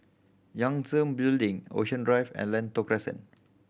Yangtze Building Ocean Drive and Lentor Crescent